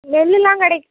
பெல்லெலாம் கிடைக்கு